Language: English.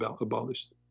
abolished